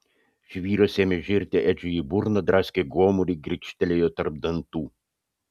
žvyras ėmė žirti edžiui į burną draskė gomurį grikštelėjo tarp dantų